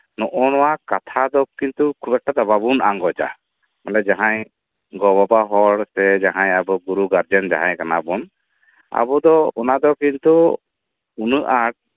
ᱱᱚᱜ ᱚ ᱱᱚᱣᱟ ᱠᱟᱛᱷᱟ ᱫᱚ ᱠᱤᱱᱛᱩ ᱮᱠᱴᱩ ᱵᱟᱵᱚᱱ ᱟᱸᱜᱚᱡ ᱚᱱᱰᱮ ᱡᱟᱦᱟᱸᱭ ᱜᱚ ᱵᱟᱵᱟ ᱦᱚᱲ ᱥᱮ ᱡᱟᱦᱟᱸᱭ ᱟᱵᱚ ᱜᱩᱨᱩ ᱜᱟᱨᱡᱮᱱ ᱡᱟᱦᱟᱸᱭ ᱠᱟᱱᱟ ᱵᱚᱱ